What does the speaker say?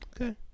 Okay